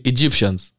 Egyptians